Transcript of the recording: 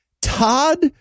Todd